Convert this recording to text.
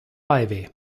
ivy